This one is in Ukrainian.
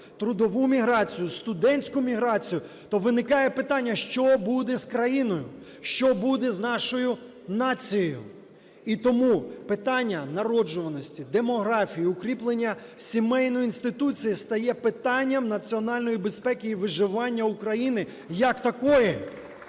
трудову міграцію, студентську міграцію, то виникає питання – що буде з країною, що буде з нашою нацією? І тому питання народжуваності, демографії, укріплення сімейної інституції стає питанням національної безпеки і виживання України як такої.